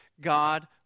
God